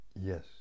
yes